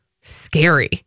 scary